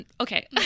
okay